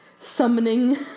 summoning